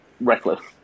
reckless